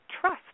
trust